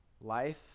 life